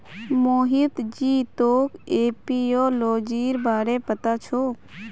मोहित जी तोक एपियोलॉजीर बारे पता छोक